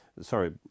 sorry